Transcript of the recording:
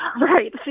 Right